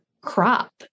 crop